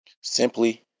Simply